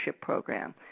program